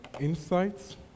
insights